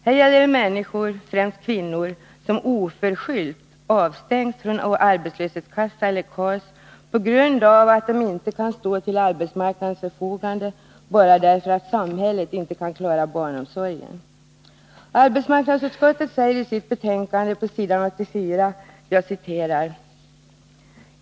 Här gäller det människor, främst kvinnor, som oförskyllt avstängs från arbetslöshetskassa eller KAS på grund av att de inte kan stå till arbetsmarknadens förfogande bara därför att samhället inte kan klara barnomsorgen.